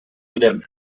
билем